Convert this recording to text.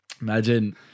Imagine